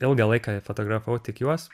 ilgą laiką fotografavau tik juos